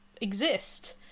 exist